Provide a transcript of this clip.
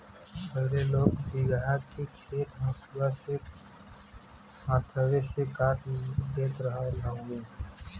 पहिले लोग बीघहा के खेत हंसुआ से हाथवे से काट देत रहल हवे